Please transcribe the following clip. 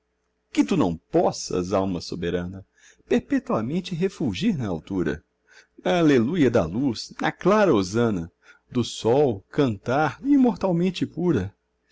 que tu não possas alma soberana perpetuamente refulgir na altura na aleluia da luz na clara hosana do sol cantar imortalmente pura